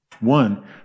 One